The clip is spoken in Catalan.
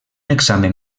examen